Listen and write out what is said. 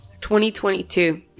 2022